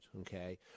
okay